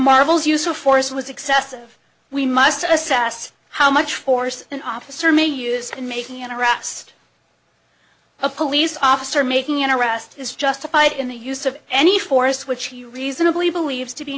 marvel's use of force was excessive we must assess how much force an officer may use and making an arrest a police officer making an arrest is justified in the use of any forest which he reasonably believes to be